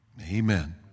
Amen